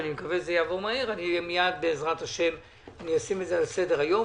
ואני מקווה שיעבור מהר - מייד בעז"ה אשים את זה על סדר-היום.